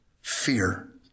fear